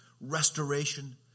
Restoration